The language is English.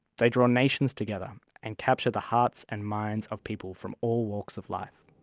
they draw nations together and capture the hearts and minds of people from all walks of life.